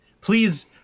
Please